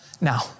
Now